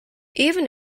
even